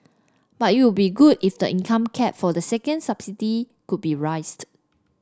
but it would be good if the income cap for the second subsidy could be raised